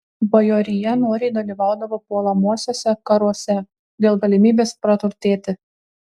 bajorija noriai dalyvaudavo puolamuosiuose karuose dėl galimybės praturtėti